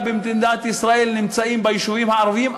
במדינת ישראל נמצאים ביישובים הערביים,